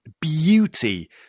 beauty